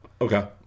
Okay